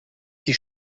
die